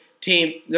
team